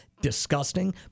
disgusting